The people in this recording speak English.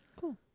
Cool